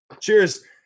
Cheers